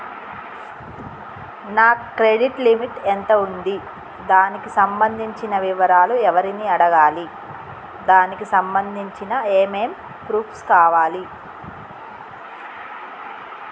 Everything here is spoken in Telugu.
నా క్రెడిట్ లిమిట్ ఎంత ఉంది? దానికి సంబంధించిన వివరాలు ఎవరిని అడగాలి? దానికి సంబంధించిన ఏమేం ప్రూఫ్స్ కావాలి?